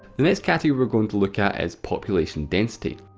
the next category we're going to look at is population density.